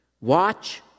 watch